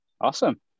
Awesome